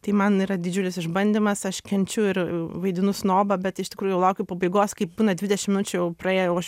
tai man yra didžiulis išbandymas aš kenčiu ir vaidinu snobą bet iš tikrųjų laukiu pabaigos kai būna dvidešim minučių jau praėję jau aš